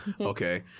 okay